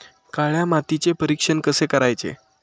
काळ्या मातीचे परीक्षण कसे करायचे?